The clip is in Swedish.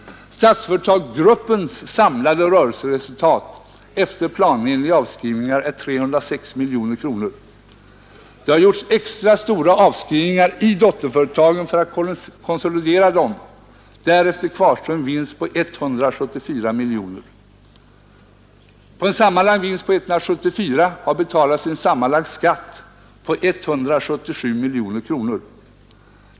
Statsföretagsgruppens samlade rörelseresultat efter planenliga avskrivningar är 306 miljoner kronor. Det har gjorts extra stora avskrivningar i dotterföretagen för att konsolidera dessa. Därefter kvarstår en vinst på 174 miljoner kronor. På en sammanlagd vinst på 174 miljoner kronor har det betalats en sammanlagd skatt på 177 miljoner kronor.